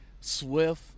swift